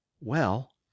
Well